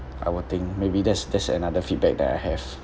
I would think maybe that's that's another feedback that I have